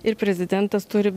ir prezidentas turi